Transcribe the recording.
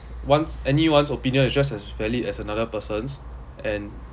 one's anyone's opinion is just as fairly as another person's and